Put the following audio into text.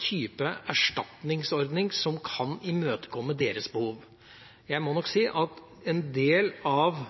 type erstatningsordning som kan imøtekomme deres behov. Jeg må nok si at en del av